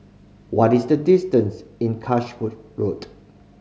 what is the distance in Road